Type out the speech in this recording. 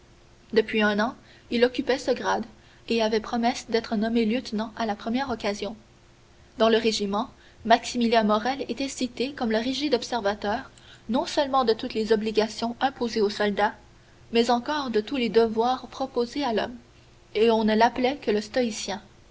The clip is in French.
depuis un an il occupait ce grade et avait promesse d'être nommé lieutenant à la première occasion dans le régiment maximilien morrel était cité comme le rigide observateur non seulement de toutes les obligations imposées au soldat mais encore de tous les devoirs proposés à l'homme et on ne l'appelait que le stoïcien